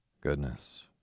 Goodness